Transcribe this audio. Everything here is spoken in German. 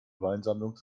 weinsammlung